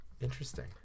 Interesting